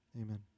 Amen